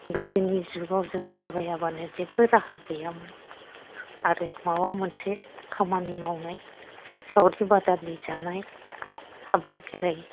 गोदोनि जुगाव जों थाबायाबानो जेबो राहा गैयामोन आरो माबा मोनसे खामानि मावनाय सावरि बादालि जानाय हाबा खेराइ